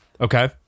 Okay